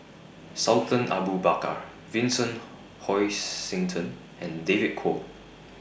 Sultan Abu Bakar Vincent Hoisington and David Kwo